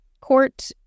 court